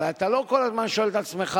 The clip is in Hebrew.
הרי לא כל הזמן אתה אומר לעצמך: